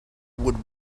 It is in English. would